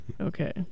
Okay